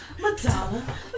Madonna